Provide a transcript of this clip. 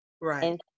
Right